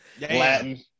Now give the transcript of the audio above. Latin